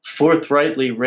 forthrightly